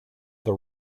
the